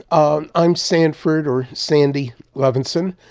um i'm sanford, or sandy, levinson.